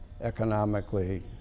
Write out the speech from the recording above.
economically